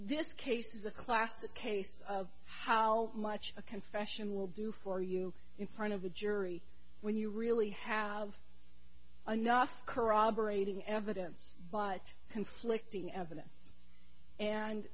this case is a classic case of how much a confession will do for you in front of the jury when you really have enough corroborating evidence but conflicting evidence and